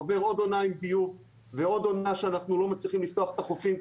עוברת עוד עונה עם ביוב ועוד עונה שאנחנו לא מצליחים לפתוח את החופים,